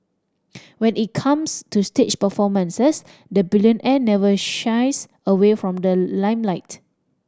when it comes to stage performances the billionaire never shies away from the limelight